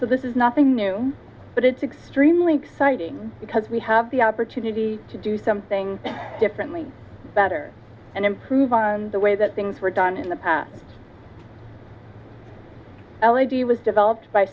so this is nothing new but it's extremely exciting because we have the opportunity to do something differently better and improve on the way that things were done in the past l s d was developed by